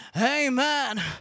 Amen